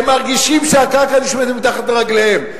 הם מרגישים שהקרקע נשמטת מתחת רגליהם.